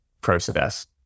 process